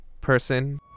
person